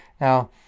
Now